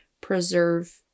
preserve